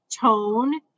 tone